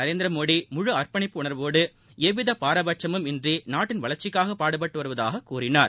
நரேந்திரமோடி முழு அா்ப்பணிப்பு உணா்வோடு எவ்வித பாரபட்சமுமின்றி நாட்டின் வளர்ச்சிக்காக பாடுபட்டு வருவதாக கூறினார்